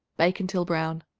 bake until brown.